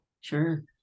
Sure